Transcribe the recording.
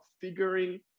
figuring